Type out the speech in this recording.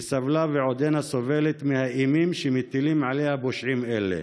שסבלה ועודנה סובלת מהאימה שמטילים עליה פושעים אלה?